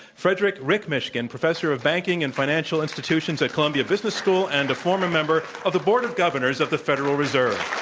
frederic rick mishkin, professor of banking and financial institutions at columbia business school and a former member of the board of governors of the federal reserve.